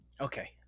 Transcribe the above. Okay